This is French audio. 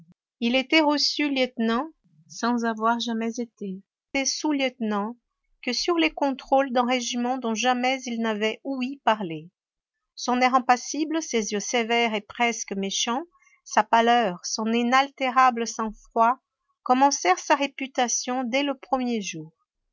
il était reçu lieutenant sans avoir jamais été sous-lieutenant que sur les contrôles d'un régiment dont jamais il n'avait ouï parler son air impassible ses yeux sévères et presque méchants sa pâleur son inaltérable sang-froid commencèrent sa réputation dès le premier jour